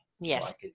yes